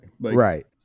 Right